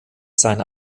seine